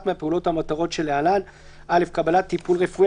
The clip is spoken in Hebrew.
מהפעולות או המטרות שלהלן: (א)קבלת טיפול רפואי,